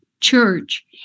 Church